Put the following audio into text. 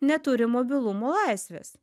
neturi mobilumo laisvės